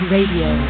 Radio